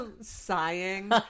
sighing